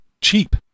cheap